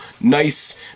Nice